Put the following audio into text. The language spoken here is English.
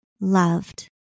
loved